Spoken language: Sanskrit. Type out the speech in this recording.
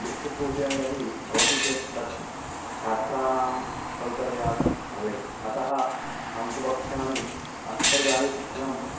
विस्तृतं रूपेण यदि भवति चेत् तत् छात्राणां सौकर्यार्थं भवेत् अतः अहं तु वक्ष्यामि अन्तर्जालीयशिक्षणं